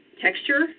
texture